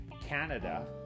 Canada